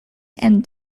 and